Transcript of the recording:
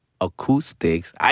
acoustics